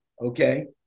okay